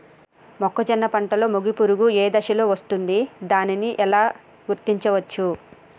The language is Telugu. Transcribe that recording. మొక్కజొన్న పంటలో మొగి పురుగు ఏ దశలో వస్తుంది? దానిని ఎలా గుర్తించవచ్చు?